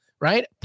right